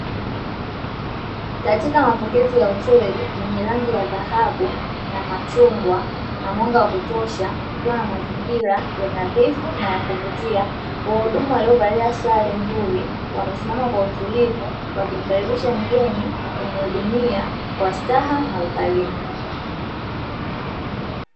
Katika mapokezi ya hoteli yenye rangi ya dhahabu na machungwa na mwanga wa kutosha, kukiwa na mazingira ya nadhifu na ya kuvutia, wahudumu waliovalia sare nzuri wamesimama kwa utulivu ,wakimkaribisha mgeni na kumhudumia kwa staha na ukarimu.